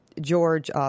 George